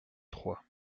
trois